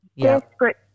desperate